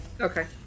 Okay